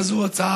התוכנית, שהוקצו